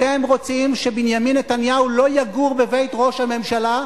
אתם רוצים שבנימין נתניהו לא יגור בבית ראש הממשלה,